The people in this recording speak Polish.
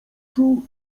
oczu